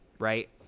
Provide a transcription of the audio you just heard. Right